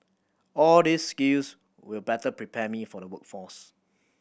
all these skills will better prepare me for the workforce